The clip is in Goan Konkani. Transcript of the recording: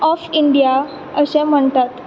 ऑफ इंदिया अशें म्हणटात